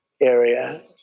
area